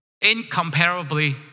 incomparably